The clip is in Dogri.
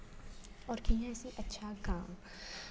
और कियां इस्सी अच्छा गां